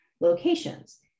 locations